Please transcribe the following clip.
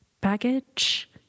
baggage